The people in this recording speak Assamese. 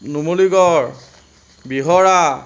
নুমলীগড় বিহৰা